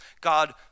God